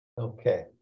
Okay